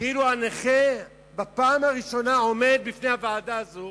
כאילו הנכה בפעם הראשונה עומד לפני הוועדה הזאת